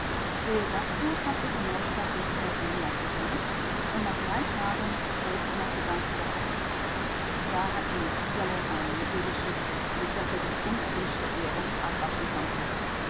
der gastwirt hat sich in neustadt nicht mehr sehen lassen können und nach drei tagen selbstmordgedanken gehabt da hat ihm methusalem ein mittel geschickt durch das er die unerwünschte ehrung abwaschen konnte